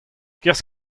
kerzh